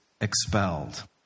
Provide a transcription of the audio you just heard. expelled